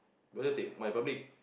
better take MyRepublic